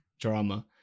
Drama